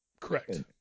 Correct